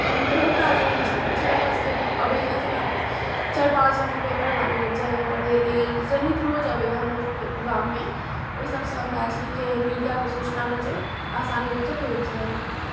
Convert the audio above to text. बहुत रास एहन चीज छै हमरासबके अबैया जेनाकी चारि पाँच रङ्ग के पेपर हमरा भेट जाइए पढ़ै के लेल जनहित रोज अबैया हमरासबके गाँम मे ओहि सबसँ हम मैथिली के मीडियाके सूचना मे जे आसानी रूप सँ भेट जइया